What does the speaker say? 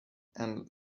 and